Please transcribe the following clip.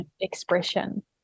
expression